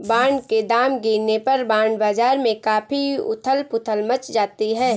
bond के दाम गिरने पर बॉन्ड बाजार में काफी उथल पुथल मच जाती है